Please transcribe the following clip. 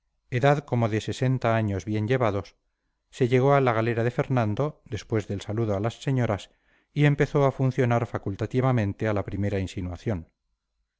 edad como de sesenta años bien llevados se llegó a la galera de fernando después del saludo a las señoras y empezó a funcionar facultativamente a la primera insinuación